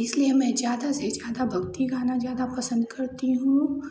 इसलिए मैं ज़्यादा से ज़्यादा भक्ति गाना ज़्यादा पसन्द करती हूँ